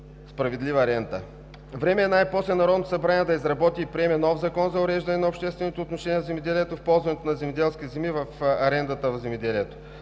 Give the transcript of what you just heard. справедлива рента. Време е най-после Народното събрание да изработи и приеме нов закон за уреждане на обществените отношения в земеделието, в ползването на земеделски земи, за арендата в земеделието.